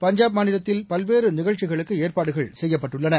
பஞ்சாப் மாநிலத்தில் பல்வேறு நிகழ்ச்சிகளுக்கு ஏற்பாடுகள் செய்யப்பட்டுள்ளன